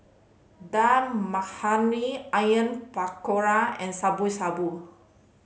Dal Makhani Onion Pakora and Shabu Shabu